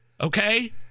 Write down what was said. Okay